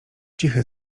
cichy